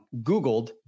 Googled